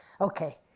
Okay